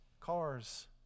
cars